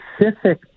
specific